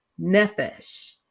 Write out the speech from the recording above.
Nefesh